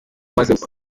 maze